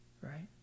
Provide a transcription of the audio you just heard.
right